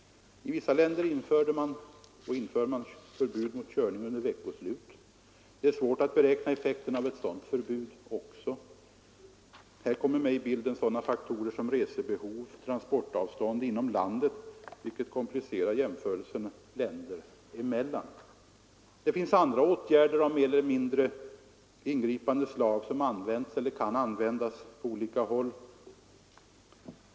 I vissa länder införde man förbud mot körning under veckoslut. Det är svårt att jämföra effekten av ett sådant förbud. Där kommer med i bilden sådana faktorer som resebehov och transportavstånd inom landet, som komplicerar jämförelser länder emellan. Det finns andra åtgärder av mer eller mindre ingripande slag som används eller kan användas på olika håll.